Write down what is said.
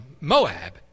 Moab